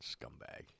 scumbag